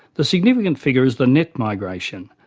the significant figure is the net migration,